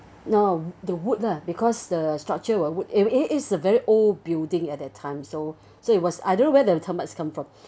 no the wood lah because the structure would it it is a very old building at that time so so it was I don't know where the termites come from